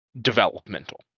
developmental